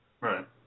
Right